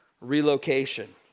relocation